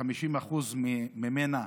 ש-50% ממנה